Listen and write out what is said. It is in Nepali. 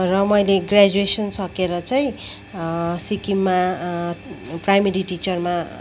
र मैले ग्रेजुएसन सकेर चाहिँ सिक्किममा प्राइमेरी टिचरमा